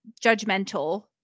judgmental